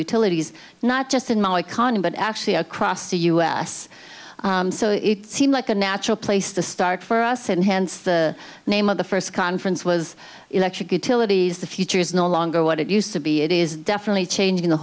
utilities not just in my icon but actually across the u s so it seemed like a natural place to start for us and hence the name of the first conference was electric utilities the future is no longer what it used to be it is definitely changing the